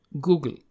Google